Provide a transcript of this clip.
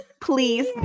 Please